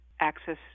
access